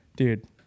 Dude